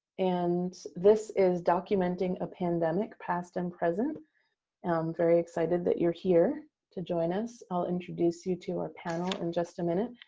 and this is documenting a pandemic, past and present. i'm very excited that you're here to join us. i'll introduce you to our panel in just a minute.